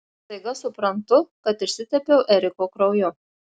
staiga suprantu kad išsitepiau eriko krauju